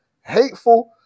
hateful